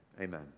amen